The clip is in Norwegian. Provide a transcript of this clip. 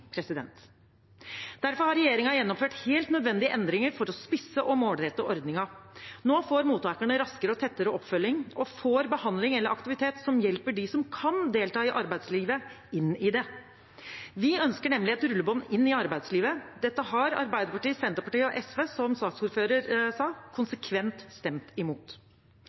Derfor har regjeringen gjennomført helt nødvendige endringer for å spisse og målrette ordningen. Nå får mottakerne raskere og tettere oppfølging og får behandling eller aktivitet som hjelper dem som kan delta i arbeidslivet, inn i det. Vi ønsker nemlig et rullebånd inn i arbeidslivet. Dette har Arbeiderpartiet, Senterpartiet og SV, som saksordføreren sa, konsekvent stemt imot.